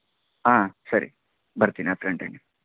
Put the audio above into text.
ಹಾಂ ಸರಿ ಬರ್ತೀನಿ ಹತ್ತು ಗಂಟೆ ಹಾಗೆ